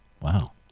Wow